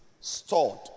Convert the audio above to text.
stored